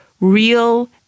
real